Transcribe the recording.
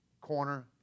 corner